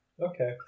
Okay